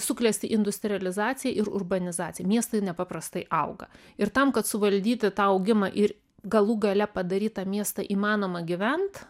suklesti industrializacija ir urbanizacija miestai nepaprastai auga ir tam kad suvaldyti tą augimą ir galų gale padaryt tą miestą įmanomą gyvent